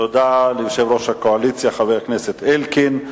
תודה ליושב-ראש הקואליציה, חבר הכנסת אלקין.